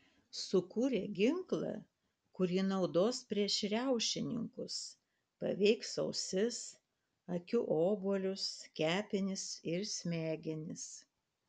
sukūrė ginklą kurį naudos prieš riaušininkus paveiks ausis akių obuolius kepenis ir smegenis